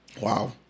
Wow